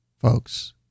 folks